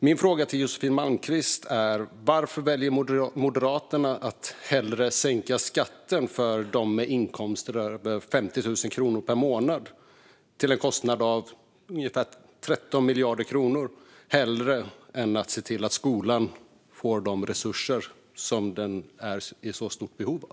Min fråga till Josefin Malmqvist är: Varför väljer Moderaterna att hellre sänka skatten för dem med inkomster över 50 000 kronor per månad till en kostnad av ungefär 13 miljarder kronor än att se till att skolan får de resurser som den är i stort behov av?